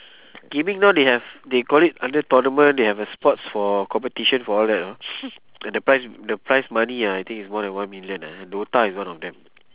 gaming now they have they call it under tournament they have a sports for competition for all that you know and the prize the prize money ah I think is more than one million ah DOTA is one of them